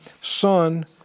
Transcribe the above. son